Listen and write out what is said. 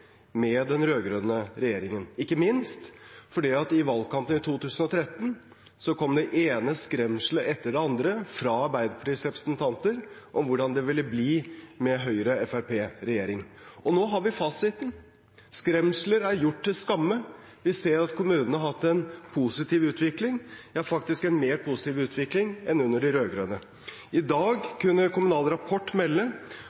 med den rød-grønne regjeringen, ikke minst fordi det i valgkampen i 2013 kom den ene skremselen etter den andre fra Arbeiderpartiets representanter om hvordan det ville bli med Høyre–Fremskrittsparti-regjering. Nå har vi fasiten. Skremsler er gjort til skamme. Vi ser at kommunene har hatt en positiv utvikling – ja, faktisk en mer positiv utvikling enn under de rød-grønne. I